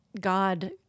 God